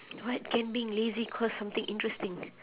what can being lazy cause something interesting